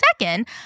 Second